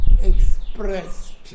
expressed